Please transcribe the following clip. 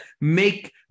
make